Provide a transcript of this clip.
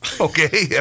Okay